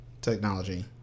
technology